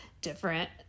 different